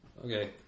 Okay